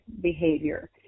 behavior